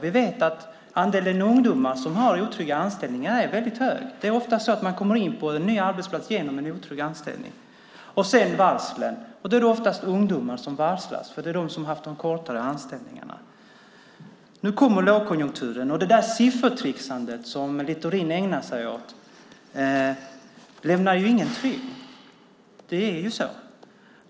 Vi vet att andelen ungdomar som har otrygga anställningar är väldigt stor. Ofta kommer man in på en ny arbetsplats just genom en otrygg anställning. Sedan kommer varslen, och då är det oftast ungdomar som varslas, för det är de som har haft de kortaste anställningarna. Nu kommer lågkonjunkturen. Det siffertricksande som Littorin ägnar sig åt lämnar ingen trygg. Det är ju så.